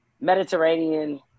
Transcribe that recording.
mediterranean